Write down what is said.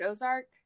Ozark